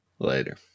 Later